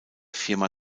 firma